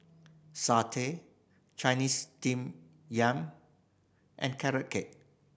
satay Chinese Steamed Yam and Carrot Cake